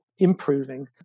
improving